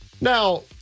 Now